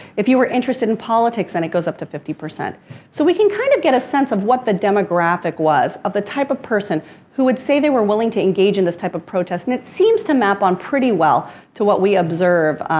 if you were interested in politics, then and it goes up to fifty. so, we can kind of get a sense of what the demographic was of the type of person who would say they were willing to engage in this type of protest. and it seems to map on pretty well to what we observe,